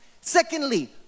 secondly